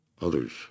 others